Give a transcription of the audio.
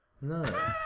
No